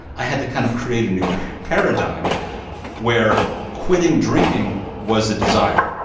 i had to kind of create a new paradigm where quitting drinking was a desire,